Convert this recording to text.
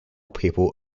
people